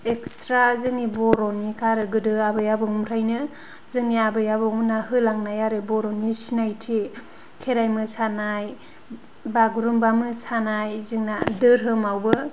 extra जोंनि बर'निथार गोदो जोंनि आबै आबौनिफ्रायनो जोंनि आबै आबौमोनहा होलांनाय आरो बर'नि सिनायथि खेराय मोसानाय बागुरुम्बा मोसानाय जोंना धोरोमावबो